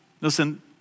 Listen